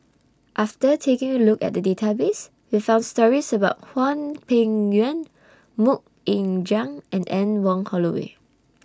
after taking A Look At The Database We found stories about Hwang Peng Yuan Mok Ying Jang and Anne Wong Holloway